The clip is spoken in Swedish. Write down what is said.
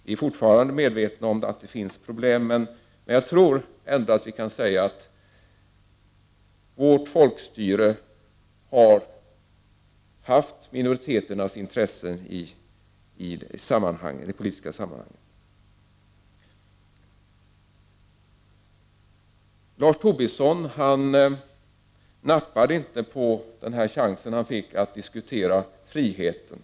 Vi är medvetna om att det fortfarande finns problem, men jag tror att vi kan säga att vårt folkstyre har tillvaratagit minoriteternas intresse i det politiska sammanhanget. Lars Tobisson nappade inte på chansen han fick att diskutera friheten.